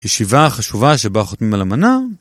ישיבה חשובה שבה חותמים על אמנה